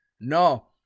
No